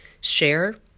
share